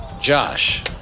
Josh